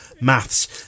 maths